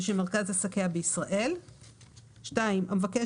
ושמרכז עסקיה בישראל; (2)המבקש,